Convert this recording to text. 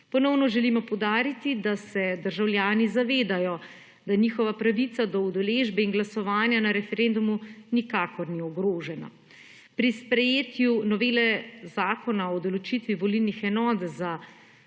Ponovno želimo poudariti, da se državljani zavedajo, da njihova pravica do udeležbe in glasovanja na referendumu nikakor ni ogrožena. Pri sprejetju novele zakona o določitvi volilnih enot za